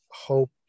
hope